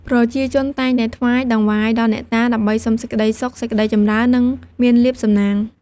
ប្រជាជនតែងតែថ្វាយតង្វាយ ដល់អ្នកតា ដើម្បីសុំសេចក្តីសុខសេចក្តីចម្រើន និងមានលាភសំណាង។